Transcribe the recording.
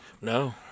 No